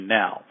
now